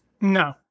No